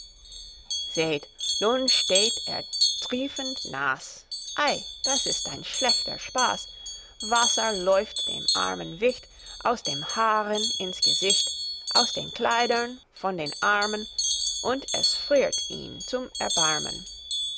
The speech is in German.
seht nun steht der triefend naß ei das ist ein schlechter spaß wasser läuft dem armen wicht aus den haaren ins gesicht aus den kleidern von den armen und es friert ihn zum erbarmen